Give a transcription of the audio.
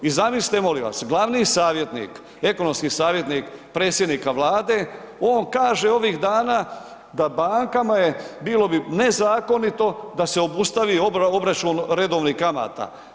I zamislite, molim vas, glavni savjetnik, ekonomski savjetnik predsjednika Vlade, on kaže ovih danas da bankama je, bilo bi nezakonito da se obustavi obračun redovnih kamata.